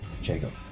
Jacob